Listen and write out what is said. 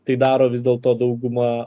tai daro vis dėl to dauguma